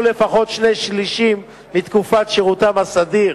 לפחות שני שלישים מתקופת שירותם הסדיר.